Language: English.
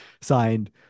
signed